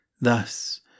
Thus